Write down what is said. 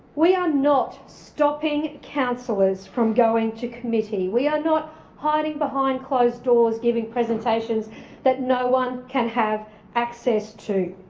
we are not stopping councillors from going to committee. we are not hiding behind closed doors giving presentations that no one can have access to.